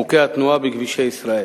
חוקי התנועה בכבישי ישראל.